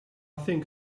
think